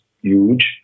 huge